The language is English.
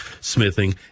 smithing